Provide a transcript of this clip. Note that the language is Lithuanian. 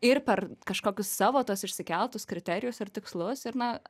ir per kažkokius savo tuos išsikeltus kriterijus ir tikslus ir na